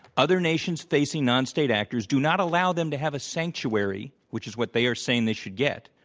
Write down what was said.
other nations facing nonstate actors do not allow them to have a sanctuary, which is what they are saying they should get,